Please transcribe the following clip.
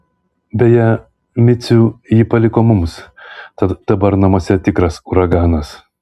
beje micių ji paliko mums tad dabar namuose tikras uraganas